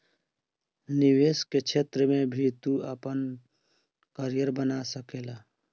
निवेश के क्षेत्र में भी तू आपन करियर बना सकेला